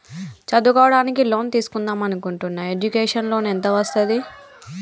చదువుకోవడానికి లోన్ తీస్కుందాం అనుకుంటున్నా ఎడ్యుకేషన్ లోన్ ఎంత వస్తది?